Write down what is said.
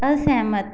असहमत